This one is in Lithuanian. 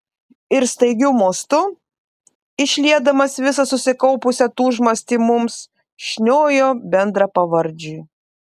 ir staigiu mostu išliedamas visą susikaupusią tūžmastį mums šniojo bendrapavardžiui